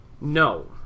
No